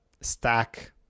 stack